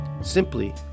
simply